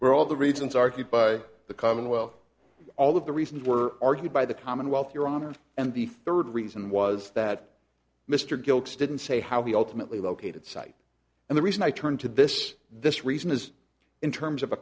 were all the reasons argued by the commonwealth all of the reasons were argued by the commonwealth your honor and the third reason was that mr gilkes didn't say how he ultimately located site and the reason i turned to this this reason is in terms of a